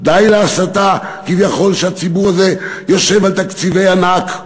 די להסתה שכביכול הציבור הזה יושב על תקציבי ענק.